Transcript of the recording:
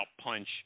punch